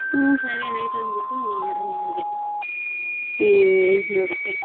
ಹ್ಞೂ ಸರಿ ಆಯ್ತು ಅಂದುಬಿಟ್ಟು ಆರ್ಡ್ರ್ ಮಾಡಿದೆ ಎಂಟ್ನೂರು ರೂಪಾಯ್